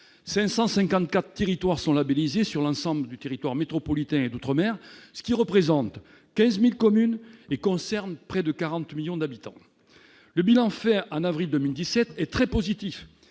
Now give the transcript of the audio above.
554 territoires sont labellisés sur l'ensemble du territoire métropolitain d'outre-mer, ce qui représente 15000 communes et concerne près de 40 millions d'habitants, le bilan fait en avril 2017 est très positif